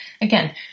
again